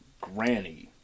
Granny